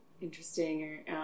interesting